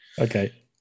Okay